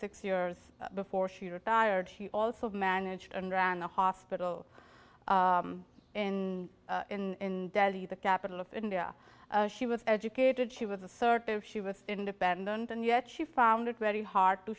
six years before she retired he also managed and ran a hospital in in delhi the capital of india she was educated she was assertive she was independent and yet she found it very hard to